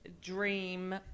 Dream